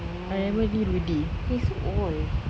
oh he's old